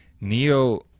Neo